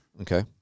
Okay